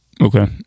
Okay